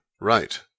right